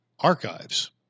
archives